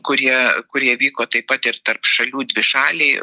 kurie kurie vyko taip pat ir tarp šalių dvišaliai